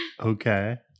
okay